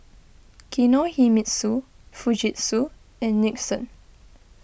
Kinohimitsu Fujitsu and Nixon